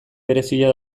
berezia